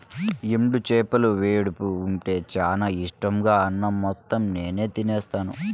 ఎండు చేపల వేపుడు ఉంటే చానా ఇట్టంగా అన్నం మొత్తం నేనే తినేత్తాను